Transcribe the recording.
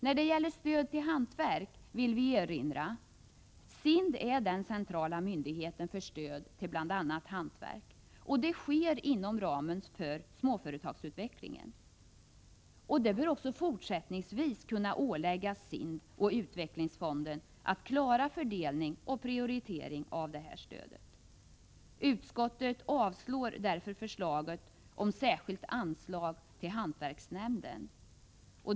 När det gäller Stöd till hantverket vill vi erinra om följande. SIND är den centrala myndigheten för stöd till bl.a. hantverk, ett stöd som lämnas inom ramen för småföretagsutvecklingen. Det bör också fortsättningsvis kunna åläggas SIND och utvecklingsfonden att klara fördelning och prioritering av detta stöd. Utskottet avstyrker därför förslaget om särskilt anslag till hantverksnämnden.